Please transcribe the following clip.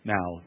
Now